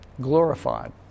glorified